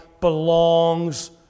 belongs